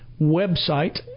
website